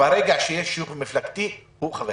ברגע שיש שיוך מפלגתי, הוא חבר.